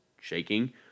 shaking